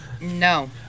No